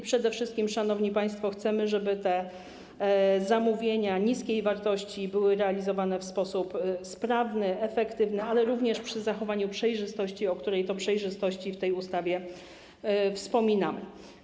Przede wszystkim, szanowni państwo, chcemy, żeby zamówienia niskiej wartości były realizowane w sposób sprawny, efektywny, ale również przy zachowaniu przejrzystości, o której to przejrzystości w tej ustawie wspominamy.